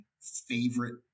favorite